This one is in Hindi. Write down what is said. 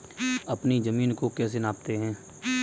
अपनी जमीन को कैसे नापते हैं?